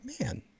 man